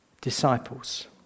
disciples